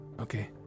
Okay